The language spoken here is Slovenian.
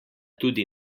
tudi